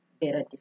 better